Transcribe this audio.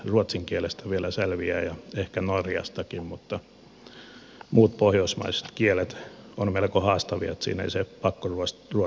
sitten ruotsin kielestä vielä selviää ja ehkä norjastakin mutta muut pohjoismaiset kielet ovat melko haastavia niin että siinä ei se pakkoruotsikaan auta sitten